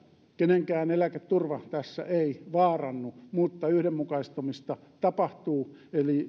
kenenkään eläketurva tässä ei vaarannu mutta yhdenmukaistamista tapahtuu